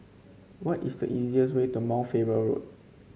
what is the easiest way to Mount Faber Road